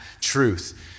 truth